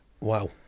Wow